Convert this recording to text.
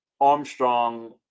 Armstrong